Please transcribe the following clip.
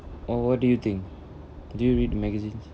or what do you think do you read magazines